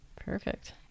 Perfect